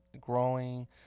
growing